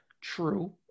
True